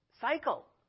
cycle